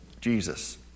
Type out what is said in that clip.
Jesus